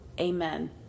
Amen